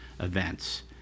events